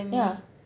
yeah